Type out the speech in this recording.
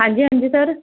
ਹਾਂਜੀ ਹਾਂਜੀ ਸਰ